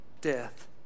death